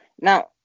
now